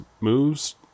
moves